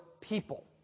people